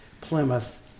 Plymouth